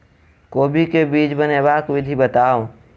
कोबी केँ बीज बनेबाक विधि बताऊ?